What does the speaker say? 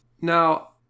Now